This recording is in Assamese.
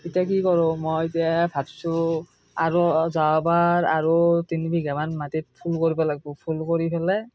এতিয়া কি কৰো মই এতিয়া ভাবিছো আৰু যোৱাবাৰ আৰু তিনি বিঘামান মাটিত ফুল কৰিব লাগিব ফুল কৰি পেলাই